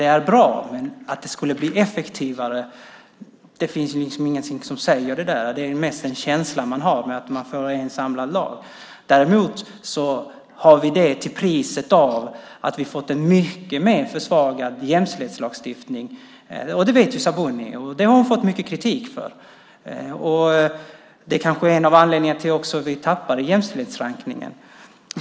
Det är bra, men att lagen skulle bli effektivare finns det inget som säger. Det är mest en känsla man har när man får en samlad lag. Priset för detta är däremot en mycket försvagad jämställdhetslagstiftning. Det vet Sabuni, och det har hon fått mycket kritik för. Det är kanske en av anledningarna till att vi tappade jämställdhetsrankningen.